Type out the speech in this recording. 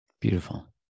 beautiful